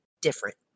different